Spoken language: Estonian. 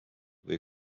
või